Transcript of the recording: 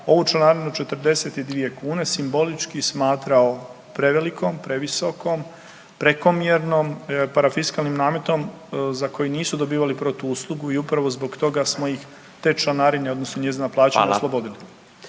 ovu članarinu 42 kune simbolički smatrao prevelikom, previsokom, prekomjernom, parafiskalnim nametom za koji nisu dobivali protuuslugu i upravo zbog toga smo ih te članarine odnosno njezina plaćanja oslobodili.